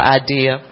idea